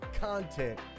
content